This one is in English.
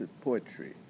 poetry